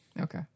Okay